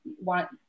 want